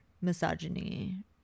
misogyny